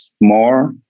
more